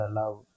love